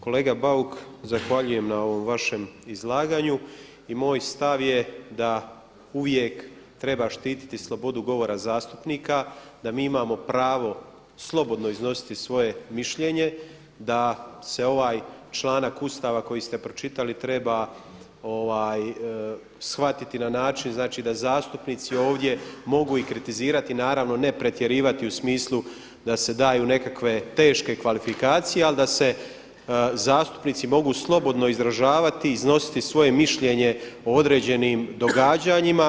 Kolega Bauk zahvaljujem na ovom vašem izlaganju i moj stav je da uvijek treba štiti slobodu govora zastupnika, da mi imamo pravo slobodno iznositi svoje mišljenje, da se ovaj članak Ustava koji ste pročitali treba shvatiti na način znači da zastupnici ovdje mogu i kritizirati, naravno ne pretjerivati u smislu da se daju nekakve teške kvalifikacije ali da se zastupnici mogu slobodno izražavati i iznositi svoje mišljenje o određenim događanjima.